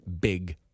big